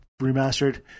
remastered